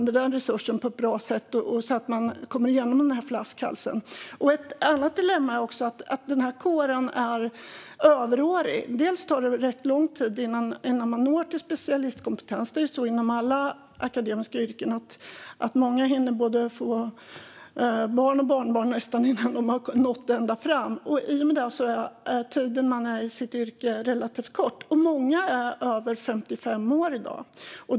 Det måste göras på ett sådant sätt att man kommer igenom flaskhalsen. Ett annat dilemma är att kåren är överårig. Det tar lång tid innan man når specialistkompetens. Så är det inom alla akademiska yrken. Många hinner få både barn och barnbarn innan de nått ända fram. I och med det blir tiden i yrket relativt kort. Många är över 55 år i dag.